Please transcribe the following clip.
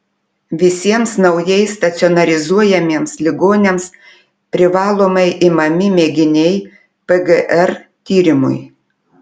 visiems naujai stacionarizuojamiems ligoniams privalomai imami mėginiai pgr tyrimui